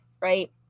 right